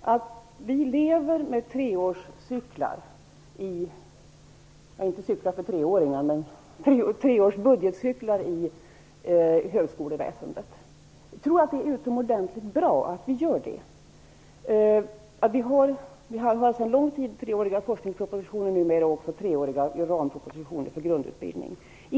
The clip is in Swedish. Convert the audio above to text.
att vi lever med treåriga budgetcyklar i högskoleväsendet. Jag tror att det är utomordentligt bra att vi gör det. Vi har under en ganska lång tid haft treåriga forskningspropositioner och treåriga propositioner för grundutbildning.